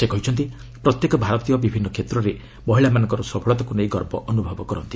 ସେ କହିଛନ୍ତି ପ୍ରତ୍ୟେକ ଭାରତୀୟ ବିଭିନ୍ନ କ୍ଷେତ୍ରରେ ମହିଳାମାନଙ୍କର ସଫଳତାକୁ ନେଇ ଗର୍ବ ଅନୁଭବ କରନ୍ତି